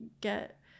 get